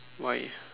why